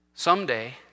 Someday